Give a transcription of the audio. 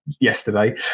yesterday